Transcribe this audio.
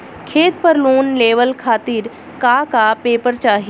खेत पर लोन लेवल खातिर का का पेपर चाही?